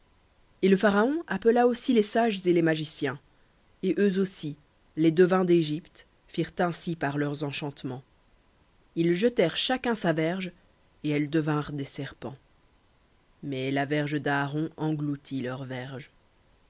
et le pharaon appela aussi les sages et les magiciens et eux aussi les devins d'égypte firent ainsi par leurs enchantements ils jetèrent chacun sa verge et elles devinrent des serpents mais la verge d'aaron engloutit leurs verges